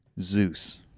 Zeus